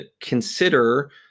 consider